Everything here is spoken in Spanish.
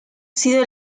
sido